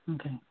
Okay